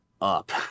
up